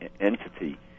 entity